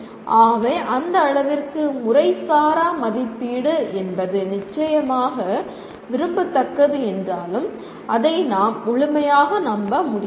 ஆகவே அந்த அளவிற்கு முறைசாரா மதிப்பீடு என்பது நிச்சயமாக விரும்பத்தக்கது என்றாலும் அதை நாம் முழுமையாக நம்ப முடியாது